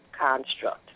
construct